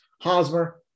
Hosmer